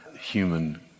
human